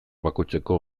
bakoitzeko